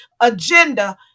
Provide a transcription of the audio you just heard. agenda